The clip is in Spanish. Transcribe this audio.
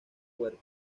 fuerte